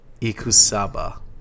Ikusaba